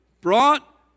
brought